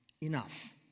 enough